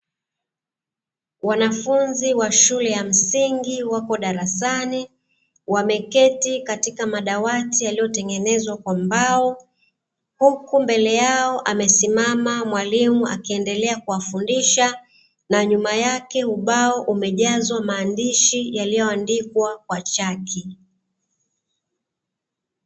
Wanafunzi wa shule ya msingi wapo darasani, wameketi katika madawati yaliyotengenezwa kwa mbao, huku mbele yao amesimama mwalimu akiendelea kuwafundisha na nyuma yake ubao umejazwa maandishi yaliyoandikwa kwa chaki.